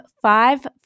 five